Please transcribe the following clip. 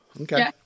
Okay